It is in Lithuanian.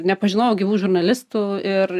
nepažinojau gyvų žurnalistų ir